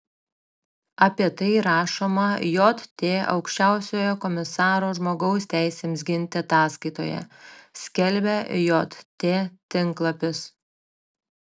apie tai rašoma jt aukščiausiojo komisaro žmogaus teisėms ginti ataskaitoje skelbia jt tinklapis